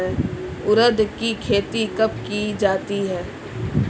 उड़द की खेती कब की जाती है?